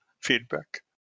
feedback